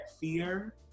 fear